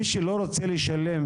מי שלא רוצה לשלם,